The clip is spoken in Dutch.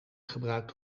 gebruikt